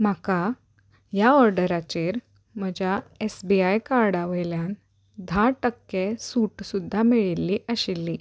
म्हाका ह्या ऑर्डराचेर म्हज्या एस बी आय कार्डा वयल्यान धा टक्के सूट सुद्दा मेळिल्ली आशिल्ली